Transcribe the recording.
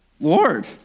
Lord